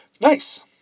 Nice